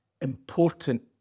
important